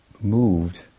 moved